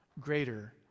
greater